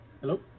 Hello